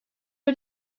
you